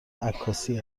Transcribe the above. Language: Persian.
عکاسی